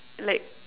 like